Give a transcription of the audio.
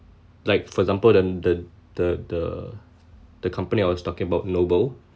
like for example the the the the the company I was talking about noble